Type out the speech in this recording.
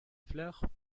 fleurs